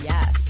Yes